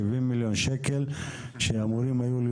70 מיליון שקלים שהיו אמורים להיות